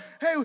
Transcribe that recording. Hey